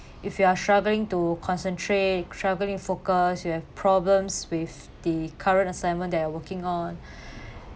if you are struggling to concentrate struggling to focus you have problems with the current assignment that are working on